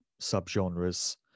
subgenres